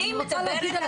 אני רוצה להגיד על הטיפול.